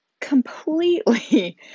completely